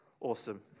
Awesome